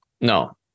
No